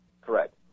Correct